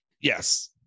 Yes